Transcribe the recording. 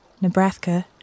Nebraska